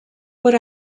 would